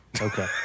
Okay